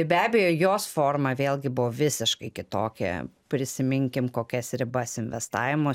be abejo jos forma vėlgi buvo visiškai kitokia prisiminkim kokias ribas investavimo